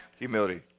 Humility